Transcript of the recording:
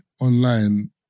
online